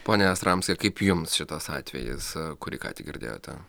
pone jastramski kaip jums šitas atvejis kurį ką tik girdėjote